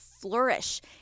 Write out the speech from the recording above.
flourish